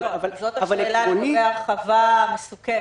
אבל עקרונית --- זאת השאלה לגבי הרחבה מסוכנת.